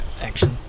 action